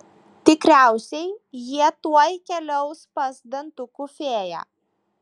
tikriausiai jie tuoj keliaus pas dantukų fėją